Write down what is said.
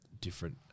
different